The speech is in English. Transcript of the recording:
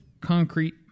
concrete